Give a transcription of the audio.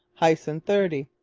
hyson thirty.